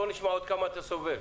בוא נשמע כמה אתה סובל.